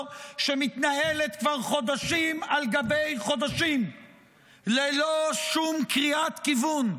שמתנהלת כבר חודשים על גבי חודשים ללא שום קריאת כיוון?